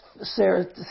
Sarah